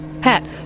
pat